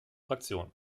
fraktion